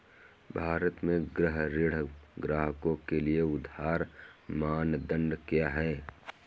भारत में गृह ऋण ग्राहकों के लिए उधार मानदंड क्या है?